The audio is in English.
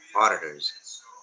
auditors